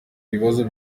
ibibazo